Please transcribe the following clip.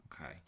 Okay